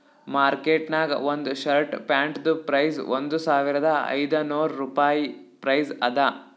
market ನಾಗ್ ಒಂದ್ shirt ಪ್ಯಾಂಟ್ದು ಪ್ರೈಸ್ ಒಂದ್ ಸಾವಿರದ ಐದ ನೋರ್ ರುಪಾಯಿ ಪ್ರೈಸ್ ಅದಾ